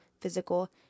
physical